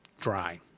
dry